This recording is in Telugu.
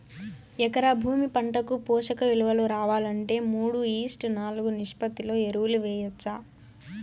ఎకరా భూమి పంటకు పోషక విలువలు రావాలంటే మూడు ఈష్ట్ నాలుగు నిష్పత్తిలో ఎరువులు వేయచ్చా?